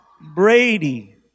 Brady